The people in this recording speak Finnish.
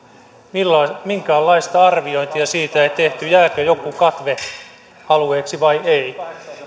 minkäänlaista arviointia siitä ei tehty jääkö joku katvealueeksi vai ei